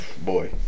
Boy